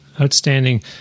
outstanding